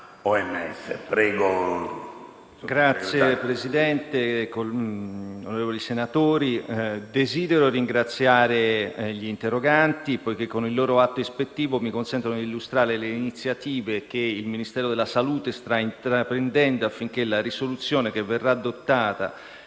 Signor Presidente, onorevoli senatori,